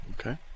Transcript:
okay